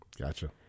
Gotcha